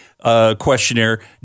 Questionnaire